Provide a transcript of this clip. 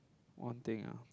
one thing ah